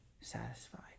satisfied